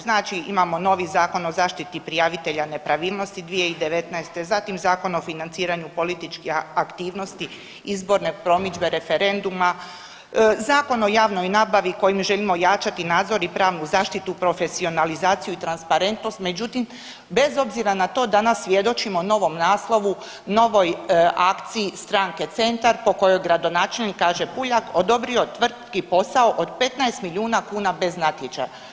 Znači, imao novi Zakon o zaštiti prijavitelja nepravilnosti 2019., zatim Zakon o financiranju političkih aktivnosti, izborne promidžbe, referenduma, Zakon o javnoj nabavi kojim želimo ojačati nadzor i pravnu zaštitu, profesionalizaciju i transparentnost, međutim, bez obzira na to danas svjedočimo novom naslovu, novoj akciji stranke Centar po kojoj gradonačelnik, kaže Puljak, odobrio tvrtki posao od 15 milijuna kuna bez natječaja.